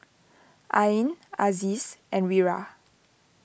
Ain Aziz and Wira